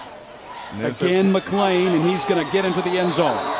again, mcclain. he's going to get into the end zone.